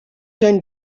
zijn